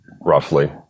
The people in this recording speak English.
roughly